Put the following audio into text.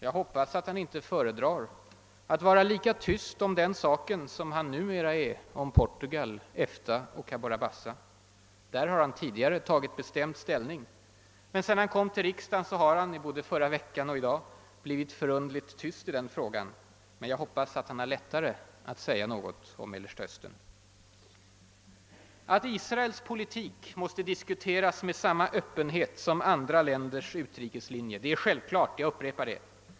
Jag hoppas att han inte föredrar att vara lika tyst om den saken som han numera är om Portugal, EFTA och Cabora Bassa. I den frågan har han tidi gare tagit bestämd ställning. Men sedan han kom till riksdagen har han både i förra veckan och i dag varit förunderligt tyst om den saken. Jag hoppas att han har lättare att säga något om Mellersta Östern. Att Israels politik måste diskuteras med samma öppenhet som andra länders utrikeslinje är självklart — jag upprepar detta.